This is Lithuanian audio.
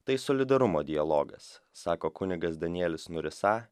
tai solidarumo dialogas sako kunigas danielius nurisa